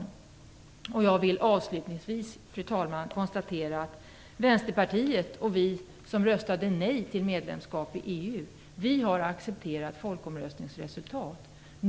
Fru talman! Jag vill avslutningsvis konstatera att vi som i Vänsterpartiet och övriga som röstade nej till EU har accepterat folkomröstningsresultatet.